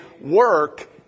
work